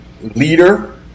leader